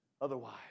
otherwise